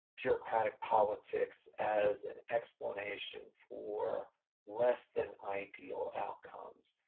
bureaucratic politics as an explanation for less than ideal outcomes.